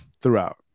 throughout